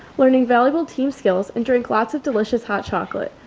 learning valuable team skills and drink lots of delicious hot chocolate.